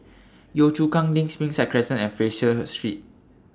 Yio Chu Kang LINK Springside Crescent and Fraser Street